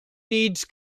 needs